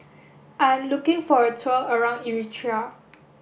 I'm looking for a tour around Eritrea